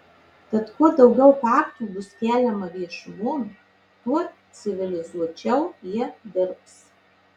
tad kuo daugiau faktų bus keliama viešumon tuo civilizuočiau jie dirbs